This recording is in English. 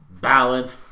balance